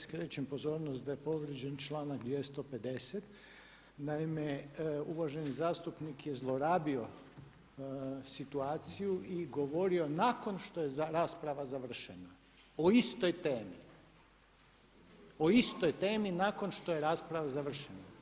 Skrećem pozornost da je povrijeđen članak 250. naime uvaženi zastupnik je zlorabio situaciju i govorio nakon što je rasprava završena o istoj temi, o istoj temi nakon što je rasprava završena.